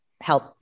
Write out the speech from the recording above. help